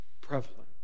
prevalent